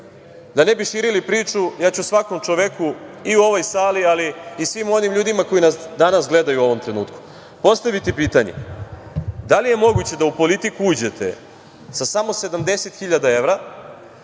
ne bi širili priču, ja ću svakom čoveku i u ovoj sali, ali i svim onim ljudima koji nas danas gledaju u ovom trenutku postaviti pitanje da li je moguće da u politiku uđete sa samo 70.000 evra,